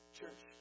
Church